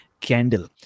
candle